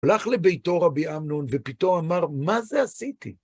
הלך לביתו רבי אמנון, ופתאום אמר, מה זה עשיתי?